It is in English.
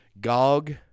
Gog